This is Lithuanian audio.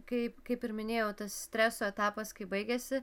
kaip kaip ir minėjau tas streso etapas kai baigėsi